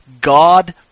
God